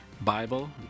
bible